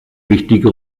wichtige